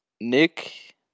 Nick